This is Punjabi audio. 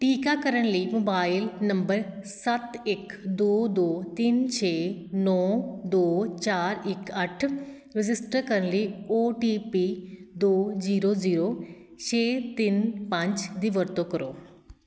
ਟੀਕਾਕਰਨ ਲਈ ਮੋਬਾਈਲ ਨੰਬਰ ਸੱਤ ਇੱਕ ਦੋ ਦੋ ਤਿੰਨ ਛੇ ਨੌਂ ਦੋ ਚਾਰ ਇੱਕ ਅੱਠ ਰਜਿਸਟਰ ਕਰਨ ਲਈ ਓ ਟੀ ਪੀ ਦੋ ਜ਼ੀਰੋ ਜ਼ੀਰੋ ਛੇ ਤਿੰਨ ਪੰਜ ਦੀ ਵਰਤੋਂ ਕਰੋ